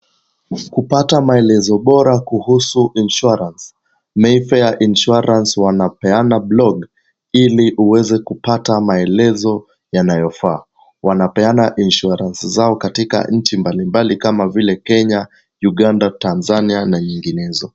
Kupata maelezo bora kuhusu insurance , Mayfair insurance wanapeana blog ili uweze kupata maelezo yanayofaa. Wanapeana insurance zao katika nchi mbali mbali kama vile Kenya, Uganda, Tanzania na nyinginezo.